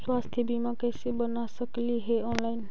स्वास्थ्य बीमा कैसे बना सकली हे ऑनलाइन?